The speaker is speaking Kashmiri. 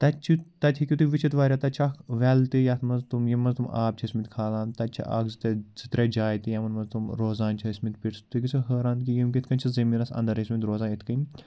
تَتہِ چھُ تَتہِ ہیٚکِو تُہۍ وٕچتھ وارِیاہ تَتہِ چھِ اکھ وٮ۪ل تہِ یَتھ منٛز تِم ییٚمہِ منٛز تِم آب چھِ ٲسۍمٕتۍ کھالان تَتہِ چھِ اکھ زٕ تَتہِ زٕ ترٛےٚ جایہِ تہِ یِمن منٛز تِم روزان چھِ ٲسۍمٕتۍ پِٹٕس تُہۍ گٔژھِو ہٲران کہِ یِم کِتھ کٔنۍ چھِ زٔمیٖنس انٛدر ٲسۍمٕتۍ روزان یِتھ کٔنۍ